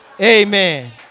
Amen